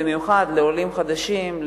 במיוחד לעולים חדשים,